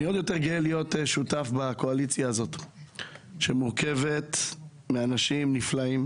אני עוד יותר גאה להיות שותף בקואליציה הזאת שמורכבת מאנשים נפלאים.